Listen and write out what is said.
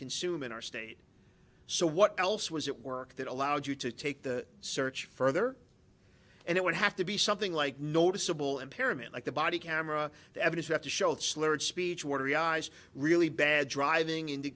consume in our state so what else was it work that allowed you to take the search further and it would have to be something like noticeable impairment like the body camera the evidence have to show the slurred speech watery eyes really bad driving in